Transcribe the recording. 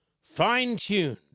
fine-tuned